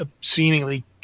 seemingly